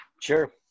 Sure